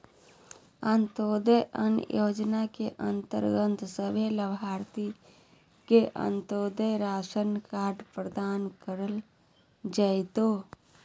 अंत्योदय अन्न योजना के अंतर्गत सभे लाभार्थि के अंत्योदय राशन कार्ड प्रदान कइल जयतै